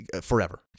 Forever